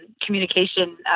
communication